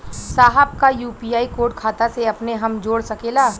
साहब का UPI code खाता से अपने हम जोड़ सकेला?